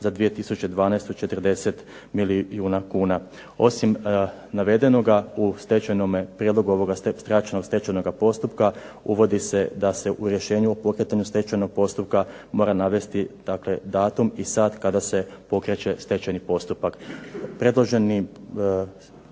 za 2012. 40 milijuna kuna. Osim navedenoga u prijedlogu ovoga skraćenog stečajnog postupka uvodi se da se u rješenju o pokretanju stečajnog postupka mora navesti datum i sat kada se pokreće stečajni postupak.